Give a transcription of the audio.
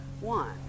one